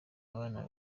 abana